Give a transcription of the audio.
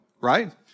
right